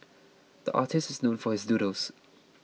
the artist is known for his doodles